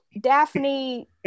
Daphne